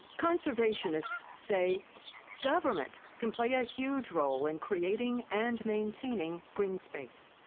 conservationists say government can play a huge role in creating and maintaining green space.